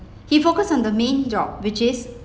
he focused on the main job which is